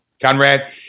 Conrad